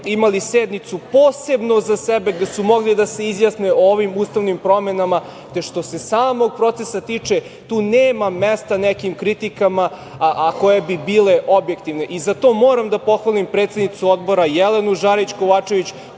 imali sednicu posebno za sebe gde su mogli da se izjasne o ovim ustavnim promenama. Te što se samog procesa tiče tu nema mesta nekim kritikama, a koje bi bile objektivne. Zato moram da pohvalim predsednicu Odbora Jelenu Žarić Kovačević